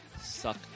suck